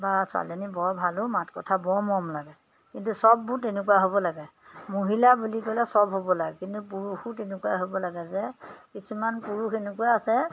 বা ছোৱালীজনী বৰ ভাল অঁ মাত কথা বৰ মৰম লাগে কিন্তু সববোৰ তেনেকুৱা হ'ব লাগে মহিলা বুলি ক'লে সব হ'ব লাগে কিন্তু পুৰুষো তেনেকুৱাই হ'ব লাগে যে কিছুমান পুৰুষ এনেকুৱা আছে